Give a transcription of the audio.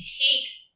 takes